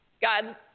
God